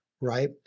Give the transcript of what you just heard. right